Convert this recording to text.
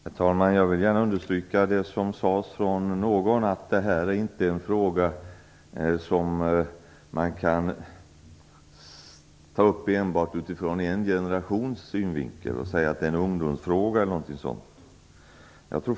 Herr talman! Jag vill gärna understryka det som sades av någon, att det här inte är en fråga som man kan ta upp enbart utifrån en generations synvinkel och säga att det är en ungdomsfråga, eller något sådant.